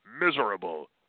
Miserable